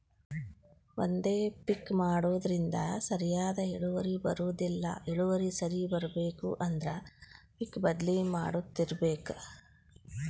ಒಂದೇ ಪಿಕ್ ಮಾಡುದ್ರಿಂದ ಸರಿಯಾದ ಇಳುವರಿ ಬರುದಿಲ್ಲಾ ಇಳುವರಿ ಸರಿ ಇರ್ಬೇಕು ಅಂದ್ರ ಪಿಕ್ ಬದ್ಲಿ ಮಾಡತ್ತಿರ್ಬೇಕ